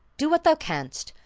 do what thou canst,